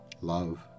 love